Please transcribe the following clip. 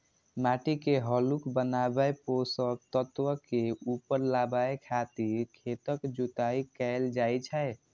माटि के हल्लुक बनाबै, पोषक तत्व के ऊपर लाबै खातिर खेतक जोताइ कैल जाइ छै